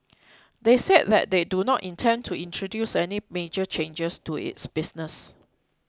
they said that they do not intend to introduce any major changes to its business